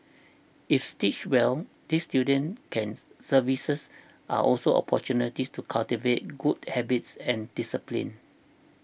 if stitched well these student care services are also opportunities to cultivate good habits and discipline